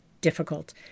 difficult